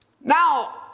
Now